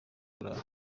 burayi